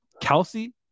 Kelsey